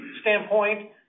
standpoint